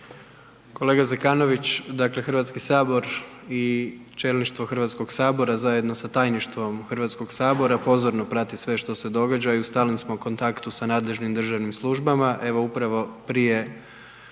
Kolega Zekanović, dakle HS i čelništvo HS-a zajedno sa Tajništvom HS-a pozorno prati sve što se događa i u stalnom smo kontaktu sa nadležnim državnim službama. Evo upravo prije